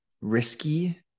risky